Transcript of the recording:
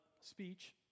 speech